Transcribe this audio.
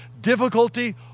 difficulty